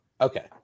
Okay